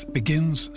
begins